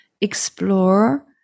explore